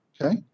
okay